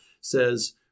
says